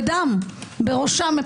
בראשם,